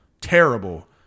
terrible